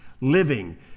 living